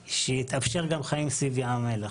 שיתאפשרו חיים סביב ים המלח